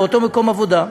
באותו מקום עבודה.